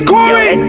Corey